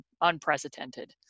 unprecedented